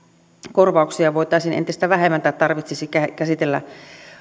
korvauksia tarvitsisi entistä vähemmän käsitellä